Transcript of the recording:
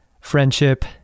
friendship